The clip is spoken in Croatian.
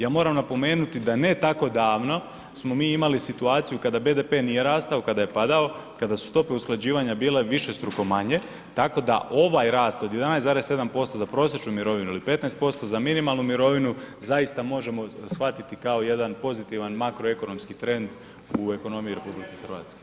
Ja moram napomenuti da ne tako davno smo mi imali situaciju kada BDP nije rastao, kada je padao, kada su stope usklađivanja bile višestruko manje tako a ovaj rast od 11,7% za prosječnu mirovinu ili 15% za minimalnu mirovinu, zaista možemo shvatiti kao jedan pozitivan makroekonomski trend u ekonomiji RH.